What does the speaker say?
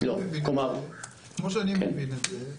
כמו שאני מבין את זה,